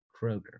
Kroger